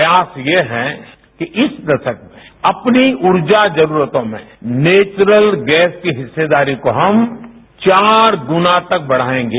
प्रयास ये है कि इस दशक अपनी ऊर्जा जरूरतों में नेचुरल गैस की हिस्सेदारी को हम चार गुणा तक बढ़ाएगें